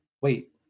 wait